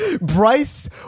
Bryce